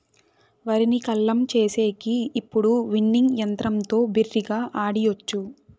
వరిని కల్లం చేసేకి ఇప్పుడు విన్నింగ్ యంత్రంతో బిరిగ్గా ఆడియచ్చు